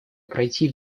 пройти